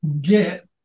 get